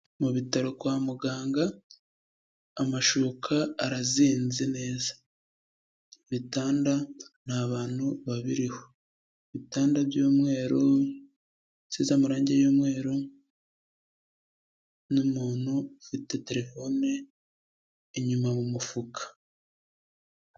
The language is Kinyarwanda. Mu bitaro kwa muganga amashuka arazinze neza, ibitanda nta bantu babiriho, ibitanda by'umweru, bisize amarangi y'umweru n'umuntu ufite telefone inyuma mu mufuka.